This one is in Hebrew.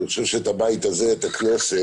אני חושב שאת הבית הזה, את הכנסת,